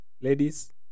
ladies